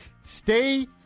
Stay